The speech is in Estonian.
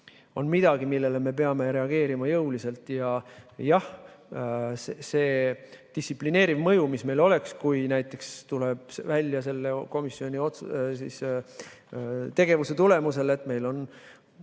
on midagi, millele me peame reageerima jõuliselt. Jah, see distsiplineeriv mõju, mis meil oleks, [seisneks selles, et] kui näiteks tuleb välja selle komisjoni tegevuse tulemusel, et meil on